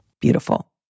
Beautiful